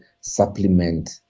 supplement